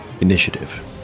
Initiative